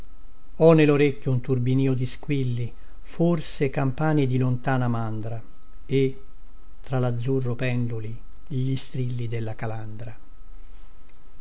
ho nellorecchio un turbinìo di squilli forse campani di lontana mandra e tra lazzurro penduli gli strilli della calandra